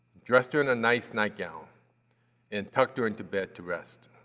dressed her in a nice nightgown and tucked her into bed to rest.